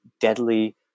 deadly